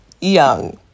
young